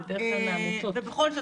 ובכל זאת,